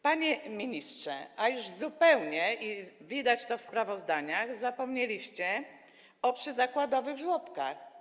Panie ministrze, a już zupełnie - i widać to w sprawozdaniach - zapomnieliście o przyzakładowych żłobkach.